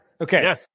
Okay